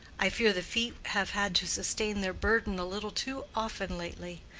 i fear the feet have had to sustain their burden a little too often lately.